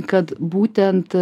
kad būtent